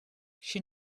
she